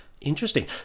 Interesting